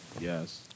Yes